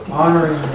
honoring